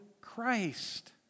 Christ